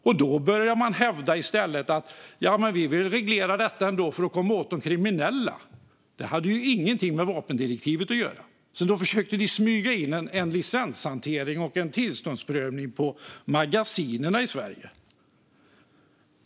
Och då börjar man i stället hävda att man vill reglera detta för att komma åt de kriminella. Det hade ju ingenting med vapendirektivet att göra, men ni försökte smyga in en licenshantering och en tillståndsprövning på magasinen i Sverige.